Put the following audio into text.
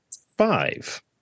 five